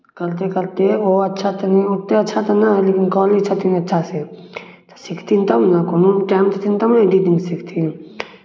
करिते करिते ओ अच्छा तनी ओतेक अच्छा तऽ नहि लेकिन कऽ लै छथिन अच्छासँ तऽ सिखथिन तब ने कोनो टाइम देथिन तब ने एडिटिंग सिखथिन